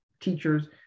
teachers